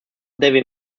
david